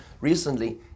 recently